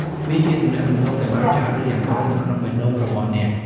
វាជាទំនាក់ទំនងដែលបានចាក់ឫសយ៉ាងជ្រៅនៅក្នុងបេះដូងរបស់អ្នក។